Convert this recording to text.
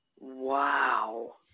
Wow